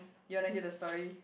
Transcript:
you wanna hear the story